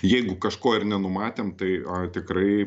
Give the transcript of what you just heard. jeigu kažko ir nenumatėm tai ai tikrai